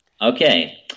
Okay